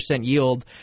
yield